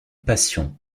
passion